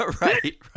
right